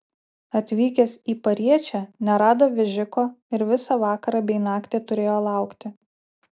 atvykęs į pariečę nerado vežiko ir visą vakarą bei naktį turėjo laukti